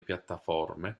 piattaforme